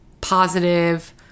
positive